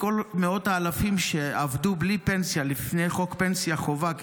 כל מאות האלפים שעבדו בלי פנסיה לפני חוק פנסיה חובה,